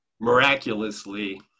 Miraculously